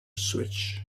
switch